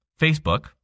Facebook